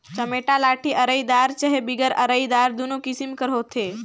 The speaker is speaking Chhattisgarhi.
चमेटा लाठी अरईदार चहे बिगर अरईदार दुनो किसिम कर होथे